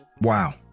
Wow